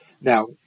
now